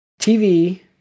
TV